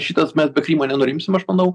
šitas mes be po krymo nenurimsim aš manau